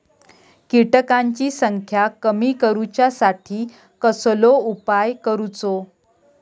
किटकांची संख्या कमी करुच्यासाठी कसलो उपाय करूचो?